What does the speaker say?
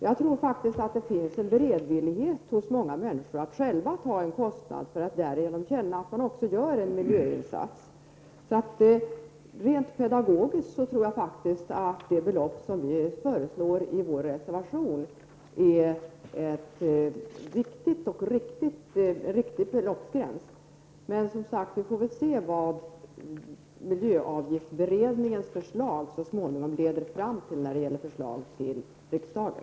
Jag tror faktiskt att det hos många människor finns en beredvillighet att själva ta en kostnad för att därigenom känna att de också gör en miljöinsats. Rent pedagogiskt tror jag att den beloppsgräns vi föreslår i vår reservation är riktig. Men, som sagt, vi får väl se vad miljöavgiftsutredningens förslag så småningom leder fram till när det gäller förslag till riksdagen.